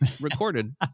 recorded